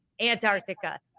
Antarctica